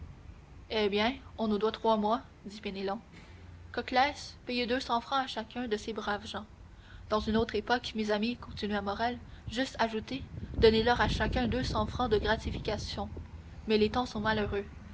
eh bien on nous doit trois mois dit penelon coclès payez deux cents francs à chacun de ces braves gens dans une autre époque mes amis continua morrel j'eusse ajouté donnez-leur à chacun deux cents francs de gratification mais les temps sont malheureux